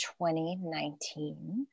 2019